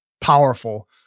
powerful